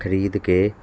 ਖਰੀਦ ਕੇ